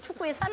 please